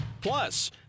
Plus